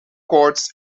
courts